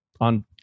on